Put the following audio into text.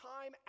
time